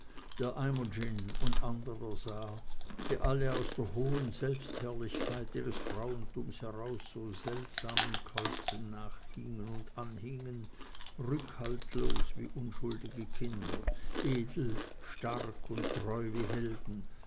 der imogen und anderer sah die alle aus der hohen selbstherrlichkeit ihres frauentums heraus so seltsamen käuzen nachgingen und anhingen rückhaltlos wie unschuldige kinder edel stark und treu wie helden